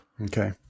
Okay